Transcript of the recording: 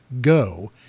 go